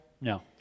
No